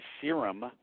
serum